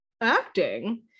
acting